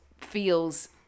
feels